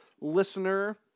listener